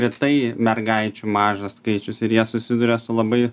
ir tai mergaičių mažas skaičius ir jie susiduria su labai